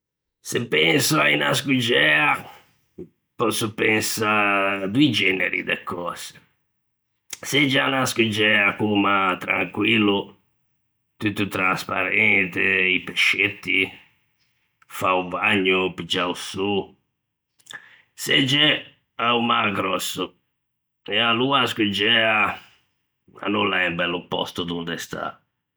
Se penso à unna scuggea pòsso pensâ doî generi de cöse, segge à unna scuggea co-o mâ tranquillo, tutto transparente, i pescetti, fâ o bagno, piggiâ o sô, segge a-o mâ gròsso, e aloa a scuggea a no l'é un bello pòsto donde stâ.